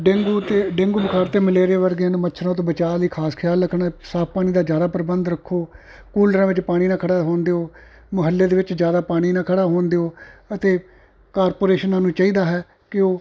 dengue ਅਤੇ dengue ਬੁਖਾਰ ਅਤੇ ਮਲੇਰੀਆ ਵਰਗੇ ਮੱਛਰਾਂ ਤੋਂ ਬਚਾਅ ਲਈ ਖ਼ਾਸ ਖਿਆਲ ਰੱਖਣਾ ਸਾਫ਼ ਪਾਣੀ ਦਾ ਜ਼ਿਆਦਾ ਪ੍ਰਬੰਧ ਰੱਖੋ ਕੂਲਰਾਂ ਵਿੱਚ ਪਾਣੀ ਨਾ ਖੜ੍ਹਾ ਹੋਣ ਦਿਓ ਮੁਹੱਲੇ ਦੇ ਵਿੱਚ ਜ਼ਿਆਦਾ ਪਾਣੀ ਨਾ ਖੜ੍ਹਾ ਹੋਣ ਦਿਓ ਅਤੇ ਕਾਰਪੋਰੇਸ਼ਨਾਂ ਨੂੰ ਚਾਹੀਦਾ ਹੈ ਕਿ ਉਹ